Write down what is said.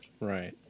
Right